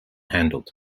handled